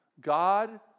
God